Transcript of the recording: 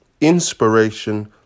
Inspiration